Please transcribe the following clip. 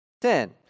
Ten